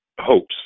hopes